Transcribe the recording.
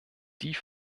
die